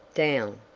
down!